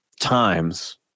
times